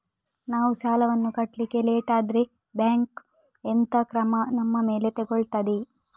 ನಾವು ಸಾಲ ವನ್ನು ಕಟ್ಲಿಕ್ಕೆ ಲೇಟ್ ಆದ್ರೆ ಬ್ಯಾಂಕ್ ಎಂತ ಕ್ರಮ ನಮ್ಮ ಮೇಲೆ ತೆಗೊಳ್ತಾದೆ?